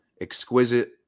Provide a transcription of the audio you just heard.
exquisite